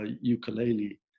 ukulele